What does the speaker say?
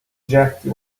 drafty